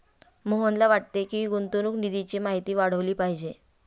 मोहनला वाटते की, गुंतवणूक निधीची माहिती वाढवली पाहिजे